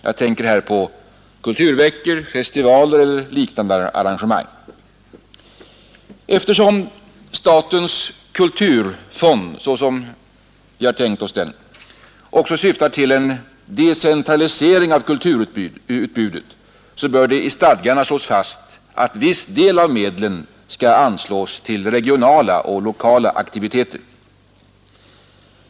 Jag tänker här på kulturveckor, festivaler och liknande arrangemang. Eftersom statens kulturfond, som vi har tänkt oss den, också syftar till en decentralisering av kulturutbudet bör det i stadgarna slås fast, att viss del av medlen skall anslås till regionala och lokala aktiviteter.